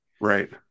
right